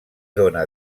dóna